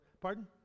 pardon